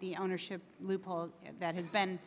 the ownership loophole that has been